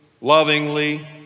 lovingly